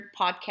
podcast